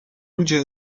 ludzie